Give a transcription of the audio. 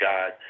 God